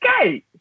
Okay